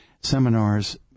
seminars